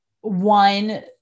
one